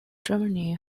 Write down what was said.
germany